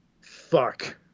fuck